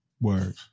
Word